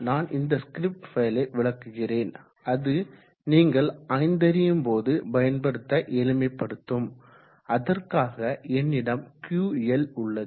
நான் இந்த ஸ்கிரிப்ட் ஃபைலை விளக்குகிறேன் அது நீங்கள் ஆய்ந்தறியும் போது பயன்படுத்த எளிமைப்படுத்தும் அதற்காக என்னிடம் QL உள்ளது